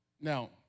Now